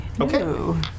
Okay